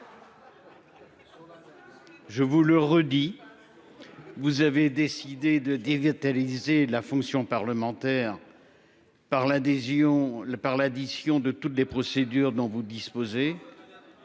collègues, vous avez décidé de dévitaliser la fonction parlementaire par l'addition de toutes les procédures que vous offrent